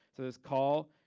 so there's call,